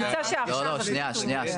שנייה.